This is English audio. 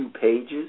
pages